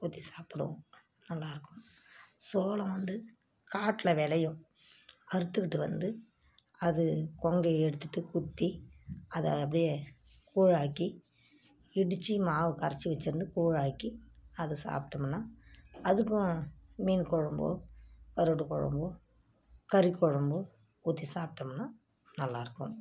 ஊற்றி சாப்பிடுவோம் நல்லா இருக்கும் சோளம் வந்து காட்டில் விளையும் அறுத்துக்கிட்டு வந்து அது கொங்க எடுத்துகிட்டு குத்தி அதை அப்படியே கூழ் ஆக்கி இடித்து மாவு கரைத்து வெச்சுருந்து கூழ் ஆக்கி அதை சாப்பிட்டோம்னா அதுக்கும் மீன் குழம்பு கருவாட்டு குழம்பு கறி குழம்பு ஊற்றி சாப்ட்டோம்னா நல்லாயிருக்கும்